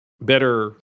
better